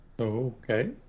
Okay